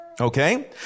Okay